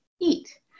eat